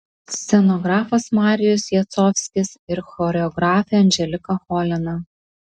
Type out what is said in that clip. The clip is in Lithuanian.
scenografas marijus jacovskis ir choreografė anželika cholina